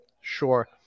Sure